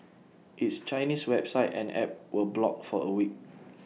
its Chinese website and app were blocked for A week